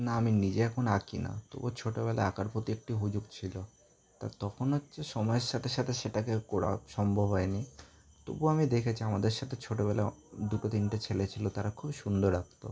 না আমি নিজে এখন আঁকি না তবু ছোটবেলায় আঁকার প্রতি একটি হুজুগ ছিল তা তখন হচ্ছে সময়ের সাথে সাথে সেটাকে করা সম্ভব হয়নি তবু আমি দেখেছি আমাদের সাথে ছোটবেলায় দুটো তিনটে ছেলে ছিল তারা খুবই সুন্দর আঁকতো